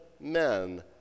men